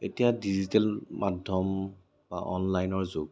এতিয়া ডিজিটেল মাধ্যম বা অনলাইনৰ যুগ